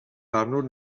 barnwr